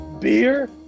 beer